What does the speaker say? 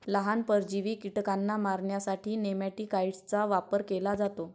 लहान, परजीवी कीटकांना मारण्यासाठी नेमॅटिकाइड्सचा वापर केला जातो